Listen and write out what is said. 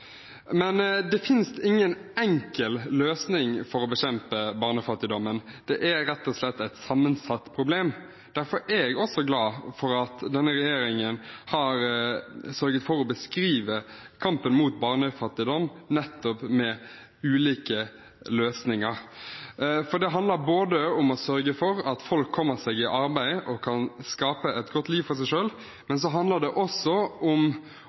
Det finnes ingen enkel løsning for å bekjempe barnefattigdommen, det er rett og slett et sammensatt problem. Derfor er jeg også glad for at den nye regjeringen har sørget for å beskrive kampen mot barnefattigdom med nettopp ulike løsninger. Det handler både om å sørge for at folk kommer seg i arbeid og kan skape et godt liv for seg selv, og om å bekjempe alle de negative virkningene fattigdom har på barns liv. Det